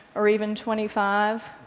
or even twenty five,